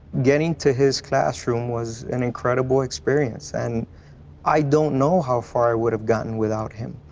getting to his classroom was an incredible experience and i don't know how far i would have gotten without him.